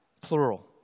plural